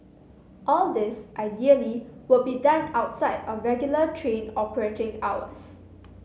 all this ideally would be done outside of regular train operating hours